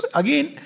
again